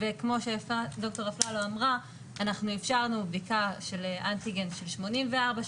וכמו שד"ר אפללו אמרה אנחנו איפשרנו בדיקת אנטיגן של שמונים וארבע שעות,